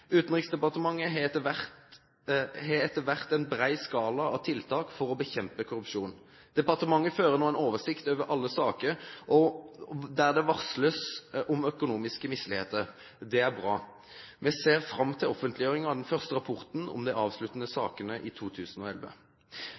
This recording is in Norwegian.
Utenriksdepartementet har etter hvert en bred skala av tiltak for å bekjempe korrupsjon. Departementet fører nå en oversikt over alle saker der det varsles om økonomiske misligheter. Det er bra. Vi ser fram til offentliggjøring av den første rapporten om de avsluttende sakene i 2011.